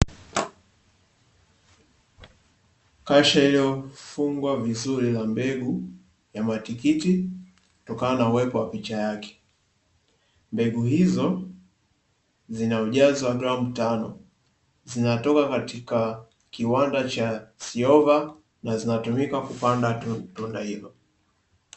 kaAsheyo fungwa vizuri la mbegu ya matikiti kutokana na uwepo wa picha yake hizo, zinaujazwa gramu tano zinatoka katika kiwanda cha sihova na zinatumika kupanda hivyo.